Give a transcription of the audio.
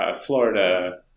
Florida